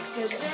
Cause